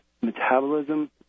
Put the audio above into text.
metabolism